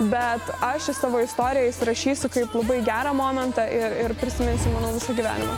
bet aš į savo istoriją įsirašysiu kaip labai gerą momentą ir ir prisiminsiu visą gyvenimą